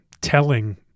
telling